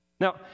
Now